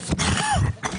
בשעה 16:00.